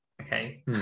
Okay